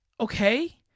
okay